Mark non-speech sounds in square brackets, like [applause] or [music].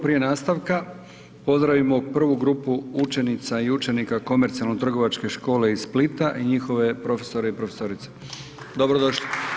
Prije nastavka pozdravimo prvu grupu učenica i učenika Komercionalno trgovačke škole iz Splita i njihove profesore i profesorice.… [applause] Dobro došli!